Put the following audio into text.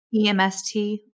EMST